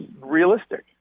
realistic